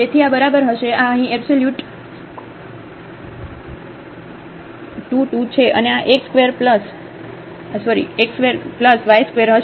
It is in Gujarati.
તેથી આ બરાબર હશે આ અહીં એબ્સોલ્યુટ ² ² છે અને આ x ² y ² હશે